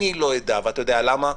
אני לא אדע, ואתה יודע למה?